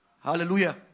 Hallelujah